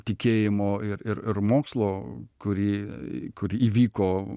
tikėjimo ir ir ir mokslo kurį kur įvyko